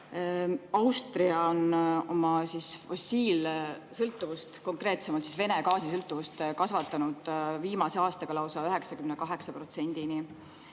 Austria on oma fossiil[kütuse]st sõltuvust, konkreetsemalt Vene gaasist sõltuvust kasvatanud viimase aastaga lausa 98%-ni.